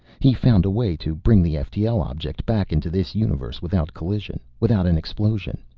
he found a way to bring the ftl object back into this universe without collision. without an explosion.